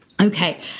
Okay